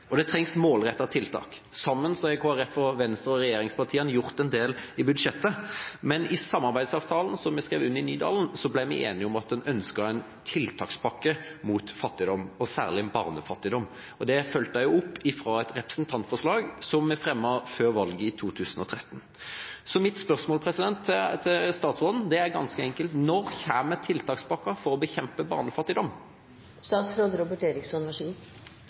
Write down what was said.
Det trengs målrettete tiltak. Sammen har Kristelig Folkeparti, Venstre og regjeringspartiene gjort en del i budsjettet, men i samarbeidsavtalen som vi skrev under i Nydalen, ble vi enige om at en ønsket en tiltakspakke mot fattigdom, særlig mot barnefattigdom. Det fulgte jeg opp fra et representantforslag som vi fremmet før valget i 2013. Mitt spørsmål til statsråden er ganske enkelt: Når kommer tiltakspakka for å bekjempe barnefattigdom? Først har jeg lyst til å takke for spørsmålet, for det er et viktig spørsmål. En god